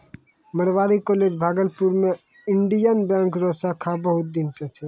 Marwari college Bhagalpur मे Indian Bank रो शाखा बहुत दिन से छै